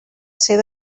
ser